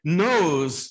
knows